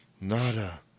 Nada